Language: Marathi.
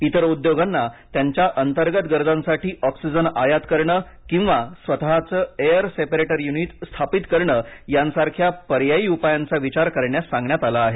इतर उद्योगांना त्यांच्या अंतर्गत गरजांसाठी ऑक्सिजन आयात करणे किंवा स्वतःचे एअर सेपरेटर युनिट स्थापित करणे यासारख्या पर्यायी उपायांचा विचार करण्यास सांगण्यात आलं आहे